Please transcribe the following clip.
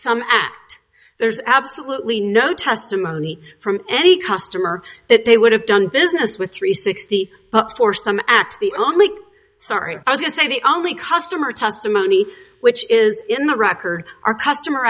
act there's absolutely no testimony from any customer that they would have done business with three sixty four some at the only sorry as you say the only customer testimony which is in the record our customer